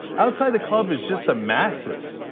outside the club is just the masses.